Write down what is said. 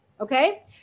okay